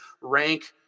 rank